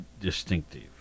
distinctive